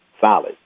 solid